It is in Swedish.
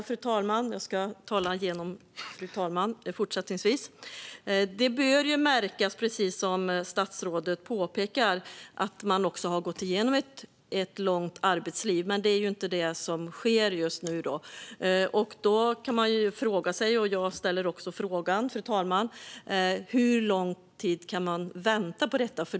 Fru talman! Det bör ju, precis som statsrådet påpekade, märkas att man har gått igenom ett långt arbetsliv. Men det är inte det som sker just nu. Då kan man fråga sig, fru talman: Hur lång tid kan man vänta på detta?